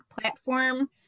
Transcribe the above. platform